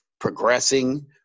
progressing